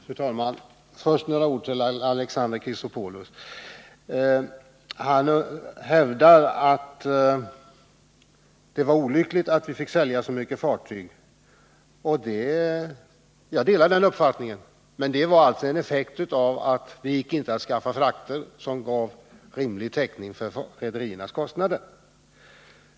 Fru talman! Först några ord till Alexander Chrisopoulos. Han hävdar att det var olyckligt att vi fick sälja så många fartyg. Jag delar den uppfattningen, men det var alltså en effekt av att det inte gick att skaffa frakter som gav rimlig täckning för rederiernas kostnader.